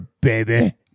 baby